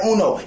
Uno